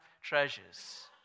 treasures